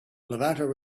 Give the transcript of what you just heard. levanter